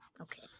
Okay